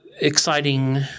exciting